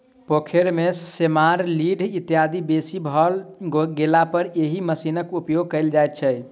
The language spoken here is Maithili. पोखैर मे सेमार, लीढ़ इत्यादि बेसी भ गेलापर एहि मशीनक उपयोग कयल जाइत छै